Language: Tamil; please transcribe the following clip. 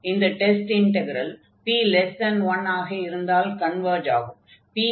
இந்த டெஸ்ட் இன்டக்ரல் p1 ஆக இருந்தால் கன்வர்ஜ் ஆகும்